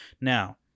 Now